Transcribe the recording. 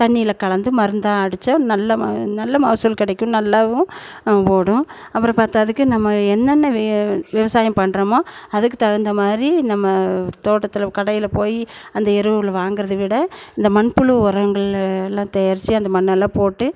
தண்ணீரில கலந்து மருந்தாக அடித்தா நல்ல ம நல்ல மகசூல் கிடைக்கும் நல்லாவும் ஓடும் அப்புறம் பத்தாததுற்கு நம்ம என்னென்ன வி விவசாயம் பண்ணுறோமோ அதுக்கு தகுந்த மாதிரி நம்ம தோட்டத்தில் கடையில் போய் அந்த எருவுகள வாங்குறதை விட இந்த மண்புழு உரோங்கள் எல்லாம் தயாரித்து அந்த மண்ணெல்லாம் போட்டு